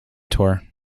tour